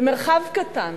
במרחב קטן